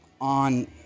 on